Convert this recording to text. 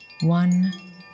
one